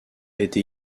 été